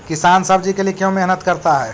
किसान सब्जी के लिए क्यों मेहनत करता है?